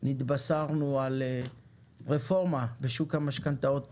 נתבשרנו על רפורמה בשוק המשכנתאות